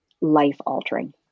life-altering